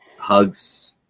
hugs